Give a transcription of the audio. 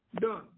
done